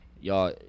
y'all